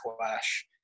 clash